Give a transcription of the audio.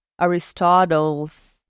Aristotle's